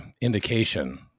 indication